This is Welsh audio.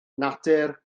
natur